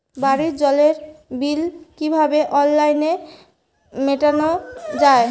বাড়ির জলের বিল কিভাবে অনলাইনে মেটানো যায়?